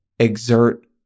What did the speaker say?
Exert